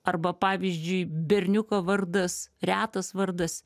arba pavyzdžiui berniuko vardas retas vardas